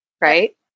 Right